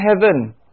heaven